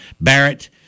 Barrett